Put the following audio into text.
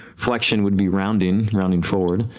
flexion would be rounding, rounding forward,